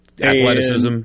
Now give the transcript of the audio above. Athleticism